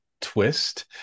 twist